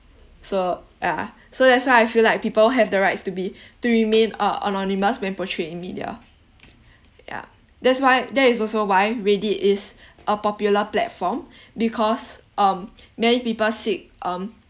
so ah so that's why I feel like people have the rights to be to remain uh anonymous when portrayed in media yeah that's why that is also why reddit is a popular platform because um many people seek um